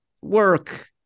work